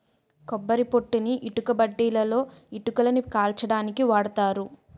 కొబ్బరి పొట్టుని ఇటుకబట్టీలలో ఇటుకలని కాల్చడానికి వాడతారు